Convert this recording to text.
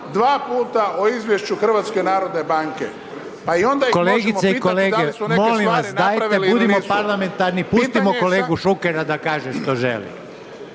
dva puta o izvješću HNB-a, pa i onda ih možemo pitati da li su neke stvari napravili ili nisu. …/Upadica Reiner: Kolegice i kolege, molim vas dajte budimo parlamentarni, pustimo kolegu Šukera da kaže što želi./…